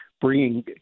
bringing